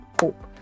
hope